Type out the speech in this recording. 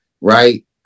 right